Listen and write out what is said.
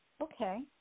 Okay